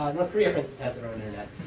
north korea, for instance, has their own internet.